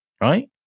right